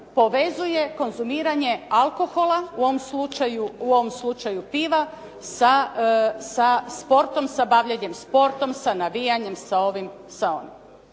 povezuje konzumiranje alkohola u ovom slučaju piva sa sportskom, sa bavljenjem sporta, sa navijanjem, sa ovim, sa onim.